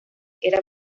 era